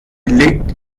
liegt